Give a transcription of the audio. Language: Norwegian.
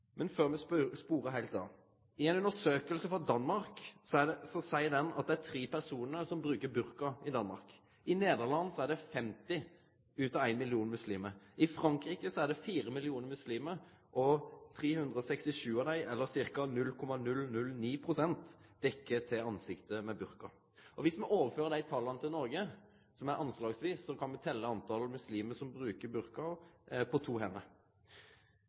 Men før me sporar heilt av: Ei undersøking frå Danmark viser at det er tre personar som bruker burka i Danmark. I Nederland er det 50 av ein million muslimar. I Frankrike er det fire millionar muslimar, og 367 av dei – eller ca. 0,009 pst. – dekkjer til ansiktet med burka. Om me overfører dette anslagsvis til Noreg, kan me telje talet på muslimar som bruker burka, på to hender.